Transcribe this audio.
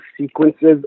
sequences